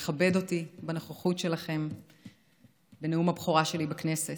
לכבד אותי בנוכחות שלכם בנאום הבכורה שלי בכנסת.